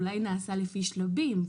הוא אולי נעשה לפי שלבים,